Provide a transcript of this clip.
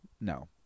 no